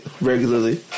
regularly